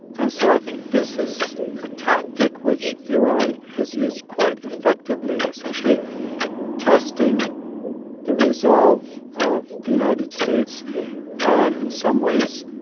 and so i think this is a tactic, which iran has used quite effectively, essentially testing the resolve of the united states and, in some ways,